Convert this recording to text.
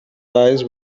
eyes